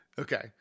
Okay